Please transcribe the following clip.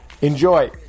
Enjoy